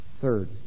Third